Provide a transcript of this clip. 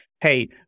hey